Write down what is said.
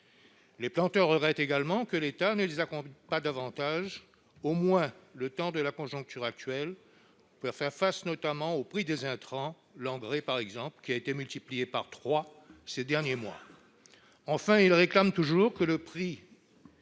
Les planteurs regrettent également que l'État ne les accompagne pas davantage, au moins le temps que durera la situation actuelle, pour faire face aux prix des intrants, l'engrais notamment, qui ont été multipliés par trois ces derniers mois. Enfin, ils réclament toujours que la prime